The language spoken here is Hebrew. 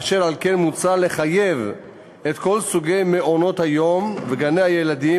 אשר על כן מוצע לחייב את כל סוגי מעונות-היום וגני-הילדים,